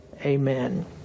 Amen